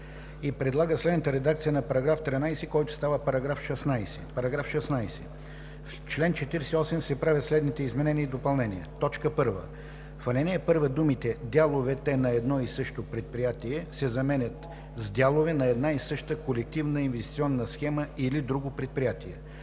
и предлага следната редакция на § 13, който става § 16: „§ 16. В чл. 48 се правят следните изменения и допълнения: 1. В ал. 1 думите „дяловете на едно и също предприятие“ се заменят с „дялове на една и съща колективна инвестиционна схема или друго предприятие“.